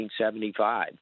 1975